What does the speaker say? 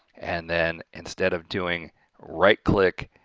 and then instead of doing right click,